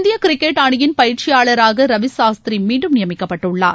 இந்திய கிரிக்கெட் அணியின் பயிற்சியாளராக ரவிசாஸ்தீரி மீண்டும் நியமிக்கப்பட்டுள்ளார்